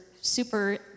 super